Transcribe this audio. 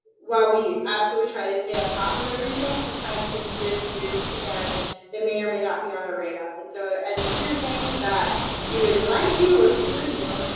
while we absolutely try to stay on top of everything, sometimes things get introduced and they may or may not be on our radar. and so as you hear things that either delight you or concern you,